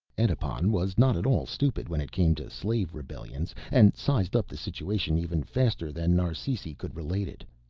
edipon was not at all stupid when it came to slave rebellions, and sized up the situation even faster than narsisi could relate it.